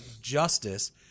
justice